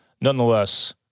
Nonetheless